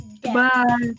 Goodbye